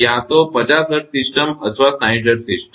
ક્યાં તો 50 hertz system અથવા 60 હર્ટ્ઝ સિસ્ટમ